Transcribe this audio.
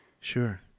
Sure